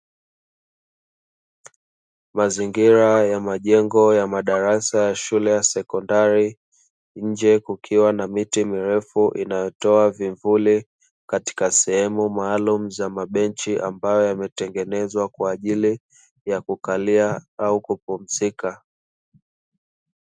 Mazingira ya majengo ya madarasa ya shule ya sekondari, nje kukiwa na miti mirefu inayotoa vivuli katika sehemu maalumu za mabenchi, ambayo yametengenezwa kwa ajili ya kukalia au kupumzika.